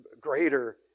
greater